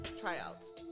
tryouts